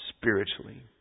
spiritually